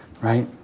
right